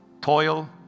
toil